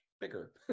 bigger